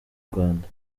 rwanda